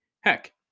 Heck